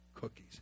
cookies